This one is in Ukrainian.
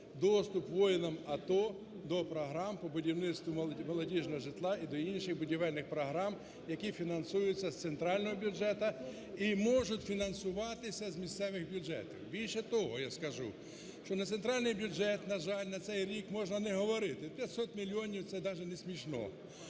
доступ воїнам АТО до програм по будівництву молодіжного житла і до інших будівельних програм, які фінансуються з центрального бюджету і можуть фінансуватися з місцевих бюджетів. Більше того я скажу. Що на центральний бюджет, на жаль, на цей рік можна не говорити. 500 мільйонів, це даже не смешно.